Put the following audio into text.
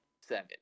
seven